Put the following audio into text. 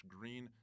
Green